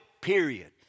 period